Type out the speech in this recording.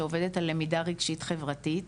שעובדת על למידה רגשית חברתית,